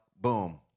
boom